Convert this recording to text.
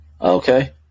Okay